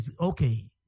okay